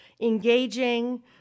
engaging